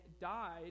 died